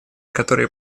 которые